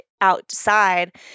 outside